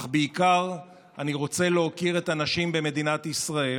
אך בעיקר אני רוצה להוקיר את הנשים במדינת ישראל